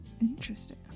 Interesting